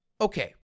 Okay